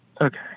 Okay